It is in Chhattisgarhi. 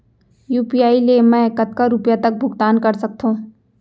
यू.पी.आई ले मैं कतका रुपिया तक भुगतान कर सकथों